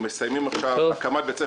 מינהל הדיור הממשלתי לא הוריד מחירים,